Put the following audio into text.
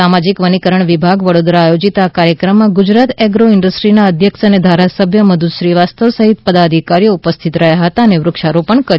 સામાજિક વનીકરણ વિભાગ વડોદરા આયોજિત આ કાર્યક્રમમાં ગુજરાત એગ્રો ઇન્ડસ્ટ્રીના અધ્યક્ષ અને ધારાસભ્ય મધુ શ્રીવાસ્તવ સહિત પદાધિકારીઓ ઉપસ્થિત રહ્યા હતા અને વૃક્ષારોપણ કર્યું હતું